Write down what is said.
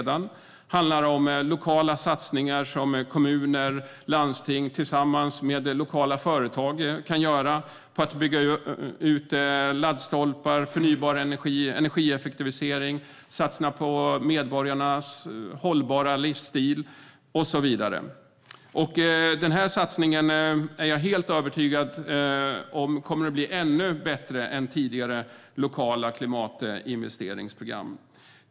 Det handlar om lokala satsningar som kommuner och landsting tillsammans med lokala företag kan göra för att bygga ut antalet laddstolpar och satsa på förnybar energi, energieffektivisering, medborgarnas hållbara livsstil och så vidare. Den här satsningen är jag helt övertygad om kommer att bli ännu bättre än tidigare lokala klimatinvesteringsprogram.